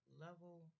level